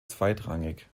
zweitrangig